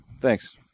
Thanks